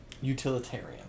utilitarian